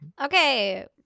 Okay